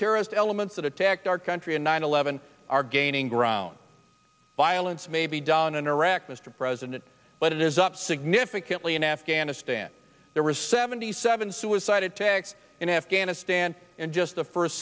terrorist elements that attacked our country and nine eleven are gaining ground violence may be done in iraq mr president but it is up significantly in afghanistan there was seventy seven suicide attacks in afghanistan in just the first